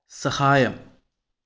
സഹായം